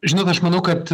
žinok aš manau kad